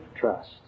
trust